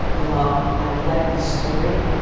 and while i liked the story,